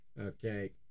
Okay